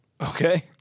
Okay